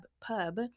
Pub